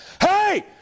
hey